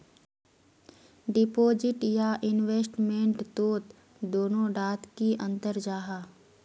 Deposit या investment तोत दोनों डात की अंतर जाहा?